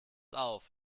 auf